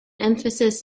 emphasis